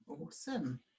Awesome